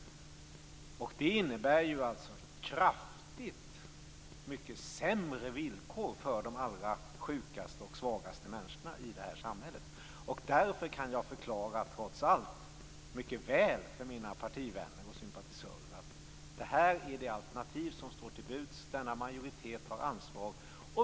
Det innebär kraftigt sämre villkor för de allra sjukaste och svagaste människorna i det här samhället. Därför kan jag trots allt mycket väl förklara för mina partivänner och sympatisörer att det här är det alternativ som står till buds och att denna majoritet tar ansvar.